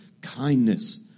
kindness